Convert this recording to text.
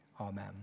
Amen